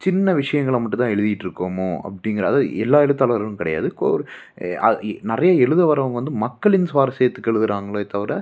சின்ன விஷயங்களா மட்டும் தான் எழுதிட்டு இருக்கோமோ அப்படிங்கிற அதாவது எல்லா எழுத்தாளர்களும் கிடையாது கோ ஒரு நிறைய எழுத வர்றவங்க வந்து மக்களின் சுவாரஸியத்துக்கு எழுதுகிறாங்களே தவிர